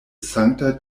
sankta